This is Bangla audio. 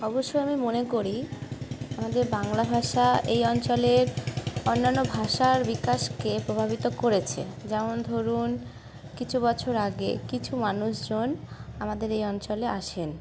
অবশ্যই আমি মনে করি আমাদের বাংলা ভাষা এই অঞ্চলের অন্যান্য ভাষার বিকাশকে প্রভাবিত করেছে যেমন ধরুন কিছু বছর আগে কিছু মানুষজন আমাদের এই অঞ্চলে আসেন